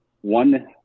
one